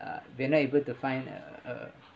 uh we're not able to find a a